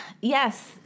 yes